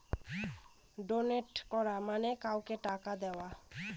donate করা মানে কাউকে টাকা দেওয়া